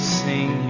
sing